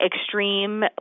extreme